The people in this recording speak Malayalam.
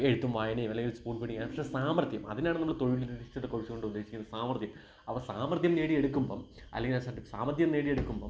എഴുത്തും വായനയും അല്ലെങ്കിൽ സ്പൂൺ ഫീഡിങ്ങ് പക്ഷേ സാമർഥ്യം അതിനാണ് നമ്മള് തൊഴിലധിഷ്ഠിത കോഴ്സുകൊണ്ടുദ്ദേശിക്കുന്ന സാമർഥ്യം അപ്പോള് സാമർഥ്യം നേടിയെടുക്കുമ്പോള് അല്ലെങ്കിൽ സാമർഥ്യം നേടിയെടുക്കുമ്പോള്